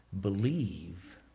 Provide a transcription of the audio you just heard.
believe